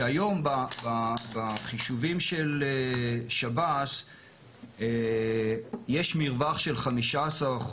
שהיום בחישובים של שב"ס יש מרווח של 15%